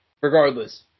Regardless